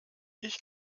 ich